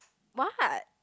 what